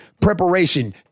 preparation